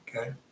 Okay